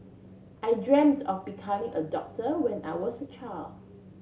I dreamt of becoming a doctor when I was a child